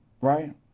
right